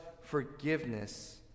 forgiveness